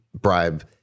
bribe